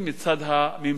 מצד הממשלה,